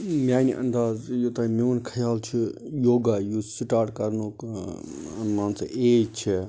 میٛانہِ اَندازٕ یوٚتانۍ میون خیال چھُ یوگا یُس سِٹاٹ کَرنُک مان ژٕ ایج چھےٚ